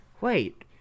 wait